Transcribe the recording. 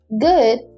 good